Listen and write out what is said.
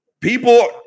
People